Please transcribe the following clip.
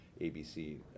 ABC